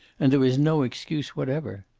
and there is no excuse whatever.